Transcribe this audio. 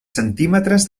centímetres